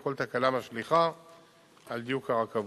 וכל תקלה משליכה על דיוק הרכבות.